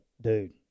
Dude